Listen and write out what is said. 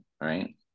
right